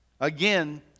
Again